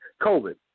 COVID